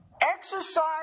Exercise